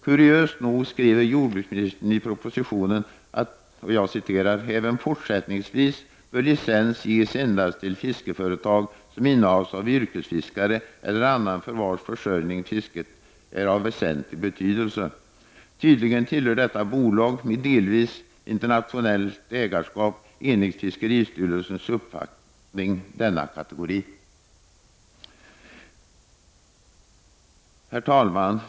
Kuriöst nog skriver jordbruksministern i propositionen: ”Även i fortsättningen bör licens ges endast till fiskeföretag som innehas av yrkesfiskare eller av annan för vars försörjning fisket är av väsentlig betydelse.” Tydligen tillhör detta bolag, med delvis internationellt ägarskap, enligt fiskeristyrelsens uppfattning denna kategori. Herr talman!